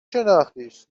شناختیش